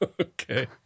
Okay